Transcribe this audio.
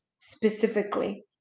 specifically